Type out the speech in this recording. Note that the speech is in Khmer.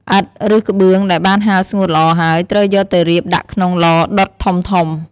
ឥដ្ឋ ឬក្បឿងដែលបានហាលស្ងួតល្អហើយ ត្រូវយកទៅរៀបដាក់ក្នុងឡដុតធំៗ។